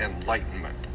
enlightenment